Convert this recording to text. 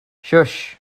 shush